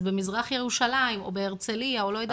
אז במזרח ירושלים, או בהרצליה, או לא יודעת איפה.